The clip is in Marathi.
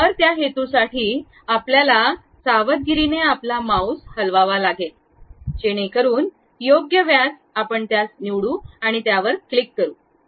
तर त्या हेतूसाठी आपल्याला सावधगिरीने आपला माउस हलवावा लागेल जेणेकरून योग्य व्यास आपण त्यास निवडू आणि क्लिक करू शकता